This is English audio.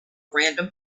random